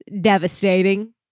Devastating